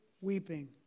weeping